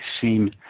seem